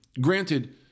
granted